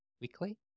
weekly